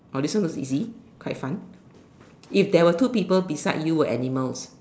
oh this one was easy quite fun if there were two people beside you were animals